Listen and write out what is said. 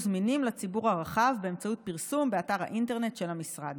זמינים לציבור הרחב באמצעות פרסום באתר האינטרנט של המשרד.